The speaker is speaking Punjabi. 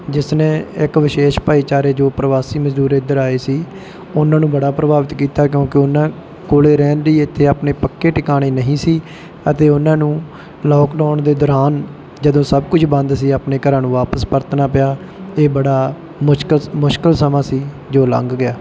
ਜਿਸ ਨੇ ਇੱਕ ਵਿਸ਼ੇਸ਼ ਭਾਈਚਾਰੇ ਜੋ ਪ੍ਰਵਾਸੀ ਮਜ਼ਦੂਰ ਇੱਧਰ ਆਏ ਸੀ ਉਹਨਾਂ ਨੂੰ ਬੜਾ ਪ੍ਰਭਾਵਿਤ ਕੀਤਾ ਕਿਉਂਕਿ ਉਹਨਾਂ ਕੋਲ ਰਹਿਣ ਦੀ ਇੱਥੇ ਆਪਣੇ ਪੱਕੇ ਟਿਕਾਣੇ ਨਹੀਂ ਸੀ ਅਤੇ ਉਹਨਾਂ ਨੂੰ ਲਾਕਡਾਊਨ ਦੇ ਦੌਰਾਨ ਜਦੋਂ ਸਭ ਕੁਝ ਬੰਦ ਸੀ ਆਪਣੇ ਘਰਾਂ ਨੂੰ ਵਾਪਿਸ ਪਰਤਣਾ ਪਿਆ ਇਹ ਬੜਾ ਮੁਸ਼ਕਿਲ ਮੁਸ਼ਕਿਲ ਸਮਾਂ ਸੀ ਜੋ ਲੰਘ ਗਿਆ